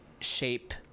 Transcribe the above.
shape